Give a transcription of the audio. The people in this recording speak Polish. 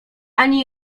ani